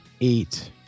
eight